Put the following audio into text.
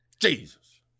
Jesus